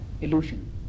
illusion